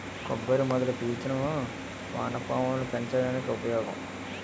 కొబ్బరి మొదల పీచులు వానపాములు పెంచడానికి ఉపయోగం